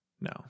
No